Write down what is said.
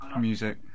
music